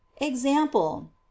Example